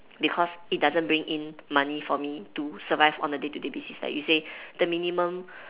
because it doesn't bring in money for me to survive on a day to day basis like you say the minimum